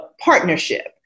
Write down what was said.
partnership